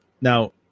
now